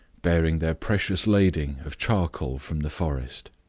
bearing their precious lading of charcoal from the forest.